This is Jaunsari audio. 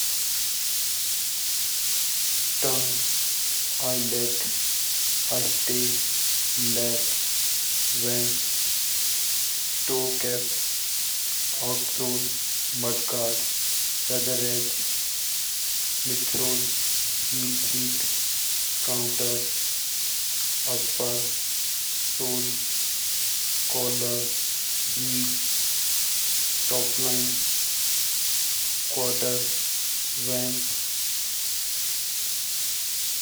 Tong, eyelets, eyestay, laces, vamp, toe cap, outsole, mudguard, feather edge, midsole, heel seat, counter, upper sole, collar, heel, top line, quarter, vamp.